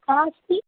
का अस्ति